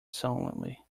solemnly